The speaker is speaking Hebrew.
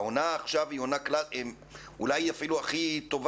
העונה עכשיו היא עונה קלאסית לשם כך.